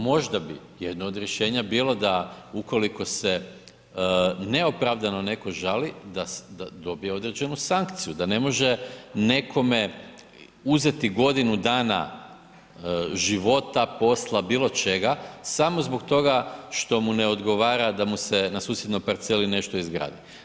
Možda bi jedno od rješenja bilo da, ukoliko se neopravdano netko žali, da dobije određenu sankciju, da ne može nekome uzeti godinu dana života, posla, bilo čega samo zbog toga što mu ne odgovara da mu se na susjednoj parceli nešto izgradi.